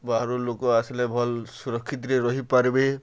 ବାହାରୁ ଲୋକ ଆସିଲେ ଭଲ୍ ସୁରକ୍ଷିତ୍ରେ ରହିପାର୍ବେ